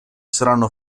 saranno